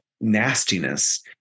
nastiness